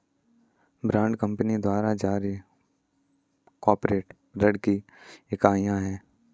bond company द्वारा जारी corporate ऋण की इकाइयां हैं